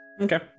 Okay